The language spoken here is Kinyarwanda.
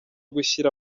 gushyira